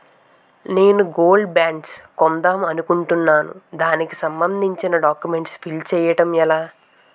నేను gold bonds కొందాం అనుకుంటున్నా దానికి సంబందించిన డాక్యుమెంట్స్ ఫిల్ చేయడం ఎలా?